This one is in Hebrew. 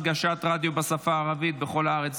הנגשת רדיו בשפה הערבית בכל הארץ),